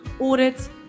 audits